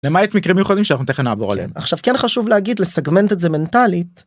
למעט מקרים מיוחדים שאנחנו תכף נעבור עליהם עכשיו כן חשוב להגיד לסגמנט את זה מנטלית.